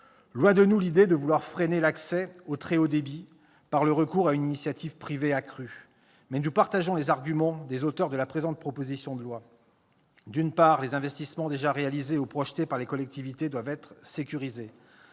Loin de nous l'idée de vouloir freiner l'accès au très haut débit par le recours à une initiative privée accrue. Mais nous partageons les arguments des auteurs de la présente proposition de loi : d'une part, les investissements déjà réalisés ou projetés par les collectivités doivent être sécurisés